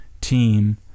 team